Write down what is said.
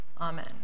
amen